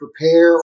prepare